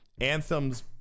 anthems